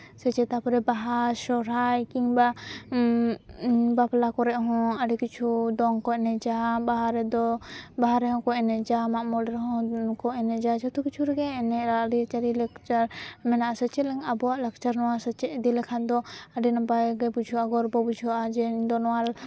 ᱥᱮ ᱪᱮᱫ ᱛᱟᱯᱚᱨᱮ ᱵᱟᱦᱟ ᱥᱚᱨᱦᱟᱭ ᱠᱤᱝᱵᱟ ᱵᱟᱯᱞᱟ ᱠᱚᱨᱮ ᱦᱚᱸ ᱟᱹᱰᱤ ᱠᱤᱪᱷᱩ ᱫᱚᱝ ᱠᱚ ᱮᱱᱮᱡᱟ ᱵᱟᱦᱟ ᱨᱮᱫᱚ ᱵᱟᱦᱟ ᱨᱮᱦᱚᱸ ᱠᱚ ᱮᱱᱮᱡᱟ ᱢᱟᱜ ᱢᱚᱬᱮ ᱠᱚ ᱮᱱᱮᱡᱟ ᱡᱷᱚᱛᱚ ᱠᱤᱪᱷᱩ ᱨᱮᱜᱮ ᱮᱱᱮᱡ ᱟᱹᱨᱤᱼᱪᱟᱹᱞᱤ ᱞᱮᱠᱪᱟᱨ ᱢᱮᱱᱟᱜ ᱟ ᱥᱮᱪᱮᱫ ᱟᱵᱚᱣᱟᱜ ᱞᱟᱠᱪᱟᱨ ᱱᱚᱣᱟ ᱥᱮᱪᱮᱫ ᱤᱫᱤ ᱞᱮᱠᱷᱟᱱ ᱫᱚ ᱟᱹᱰᱤ ᱱᱟᱯᱟᱭ ᱜᱮ ᱵᱩᱡᱷᱟᱹᱜᱼᱟ ᱜᱚᱨᱵᱚ ᱵᱩᱡᱷᱟᱹᱜᱼᱟ ᱡᱮ ᱤᱧ ᱫᱚ ᱱᱚᱣᱟ ᱨᱮ